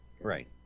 Right